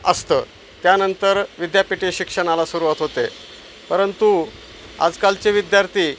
असतं त्यानंतर विद्यापीठ शिक्षणाला सुरवात होते परंतु आजकालचे विद्यार्थी